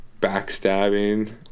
backstabbing